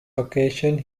occasion